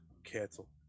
cancel